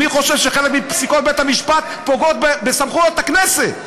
אני חושב שחלק מפסיקות בית-המשפט פוגעות בסמכויות הכנסת.